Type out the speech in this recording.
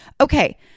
Okay